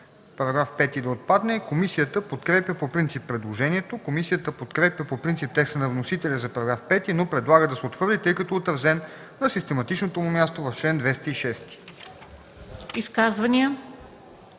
„Параграф 5 да отпадне.” Комисията подкрепя по принцип предложението. Комисията подкрепя по принцип текста на вносителя за § 5, но предлага да се отхвърли, тъй като е отразен на систематичното му място в чл. 206. ПРЕДСЕДАТЕЛ